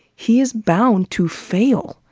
he is bound to fail.